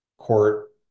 Court